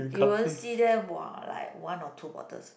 you won't see them [wah] like one or two bottles